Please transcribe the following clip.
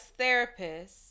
therapists